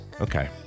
Okay